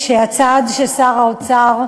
תמיד, שהצעד ששר האוצר,